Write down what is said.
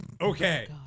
Okay